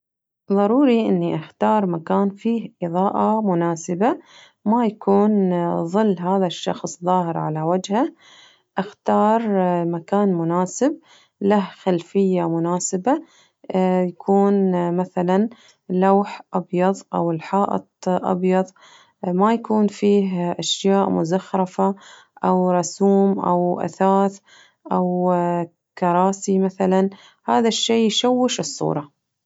ضروري إني أختار مكان يكون فيه إضاءة مناسبة ما يكون ظل هذا الشخص ظاهر على وجهه أختار مكان مناسب له خلفية مناسبة يكون مثلاً لوح أبيض أو الحائط أبيض ما يكون فيه أشياء مزخرفة أو رسوم أو أثاث أو كراسي مثلاً، هذا الشي يشوش الصورة.